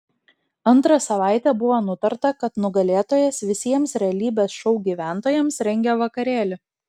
antrą savaitę buvo nutarta kad nugalėtojas visiems realybės šou gyventojams rengia vakarėlį